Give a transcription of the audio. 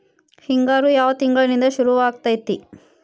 ಹಿಂಗಾರು ಯಾವ ತಿಂಗಳಿನಿಂದ ಶುರುವಾಗತೈತಿ?